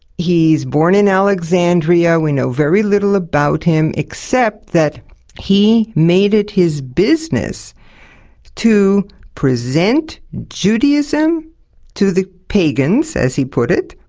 he's born in alexandria, we know very little about him except that he made it his business to present judaism to the pagans, as he put it,